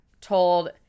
told